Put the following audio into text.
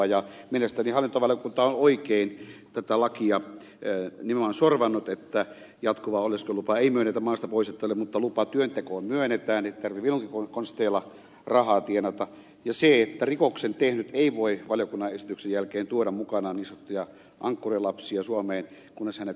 mielestäni hallintovaliokunta on oikein tätä lakia nimenomaan sorvannut niin että jatkuvaa oleskelulupaa ei myönnetä maasta poistettavalle mutta lupa työntekoon myönnetään että ei tarvitse vilunkikonsteilla rahaa tienata ja niin että rikoksen tehnyt ei voi valiokunnan esityksen jälkeen tuoda mukanaan niin sanottuja ankkurilapsia suomeen kunnes hänet karkotetaan